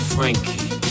Frankie